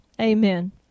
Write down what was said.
Amen